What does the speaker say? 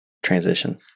Transition